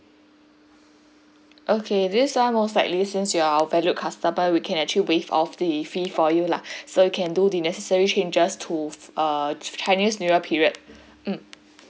okay these are most likely since you are our valued customer we can actually waive off the fee for you lah so you can do the necessary changes to err chinese new year period mm